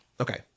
Okay